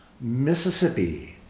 mississippi